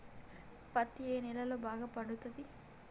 పత్తి ఏ నేలల్లో బాగా పండుతది?